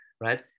right